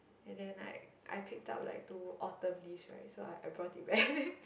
and then like I picked up like two autumn leaves right so I brought it back